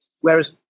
whereas